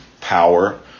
power